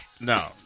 No